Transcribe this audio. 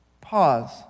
Pause